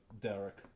Derek